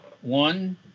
one